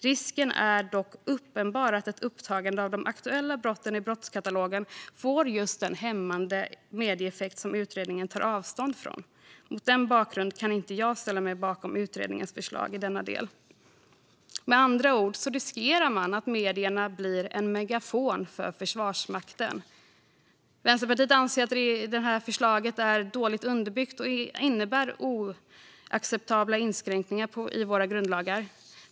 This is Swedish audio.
Risken är dock uppenbar att ett upptagande av de aktuella brotten i brottskatalogen får just den hämmande medieeffekt som utredningen tar avstånd från. Mot den bakgrunden kan inte jag ställa mig bakom utredningens förslag i denna del. Med andra ord riskerar man att medierna blir en megafon för Försvarsmakten. Vänsterpartiet anser att regeringens förslag är dåligt underbyggt och att det innebär oacceptabla inskränkningar i våra grundlagar.